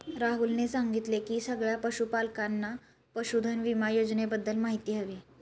राहुलने सांगितले की सगळ्या पशूपालकांना पशुधन विमा योजनेबद्दल माहिती हवी